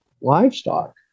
livestock